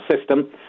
system